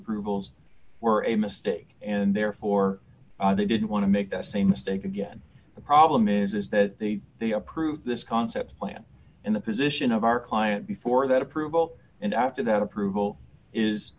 approvals were a mistake and therefore they didn't want to make the same mistake again the problem is is that they they approved this concept plan in the position of our client before that approval and after that approval is